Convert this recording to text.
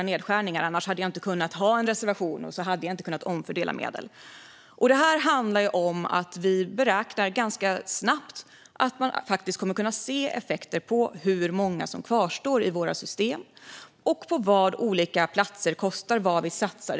Såklart gör vi det, annars hade vi inte kunnat ha en reservation och omfördela medel. Det handlar om att vi beräknar att man ganska snabbt kommer att kunna se effekter på hur många som kvarstår i våra system och vad olika saker kostar att satsa på.